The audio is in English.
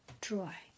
dry